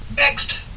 next!